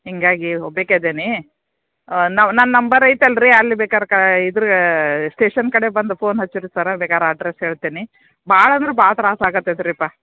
ಹೀಗಾಗಿ ಒಬ್ಬೆಕಿ ಅದೀನಿ ನಾವು ನನ್ನ ನಂಬರ್ ಐತಲ್ಲ ರೀ ಅಲ್ಲಿ ಬೇಕಾರೆ ಕಾ ಇದ್ರೆ ಸ್ಟೇಷನ್ ಕಡೆ ಬಂದು ಫೋನ್ ಹಚ್ರಿ ಸರ್ ಬೇಕಾರ ಅಡ್ರಸ್ ಹೇಳ್ತೀನಿ ಭಾಳ ಅಂದ್ರೆ ಭಾಳ ತ್ರಾಸ ಆಗತೈತಿ ರೀ ಯಪ್ಪಾ